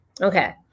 Okay